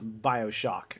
Bioshock